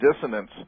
dissonance